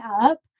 up